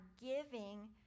giving